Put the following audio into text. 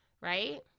right